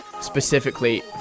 specifically